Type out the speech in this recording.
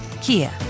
Kia